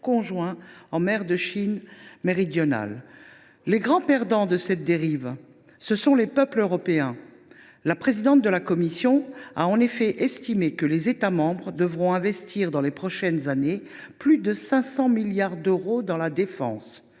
conjoints en mer de Chine méridionale. Les grands perdants de cette dérive, ce sont les peuples européens. La présidente de la Commission a en effet estimé que les États membres devraient investir dans les prochaines années plus de 500 milliards d’euros dans la défense.